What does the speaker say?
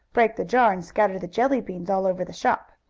break the jar and scatter the jelly beans all over the shop.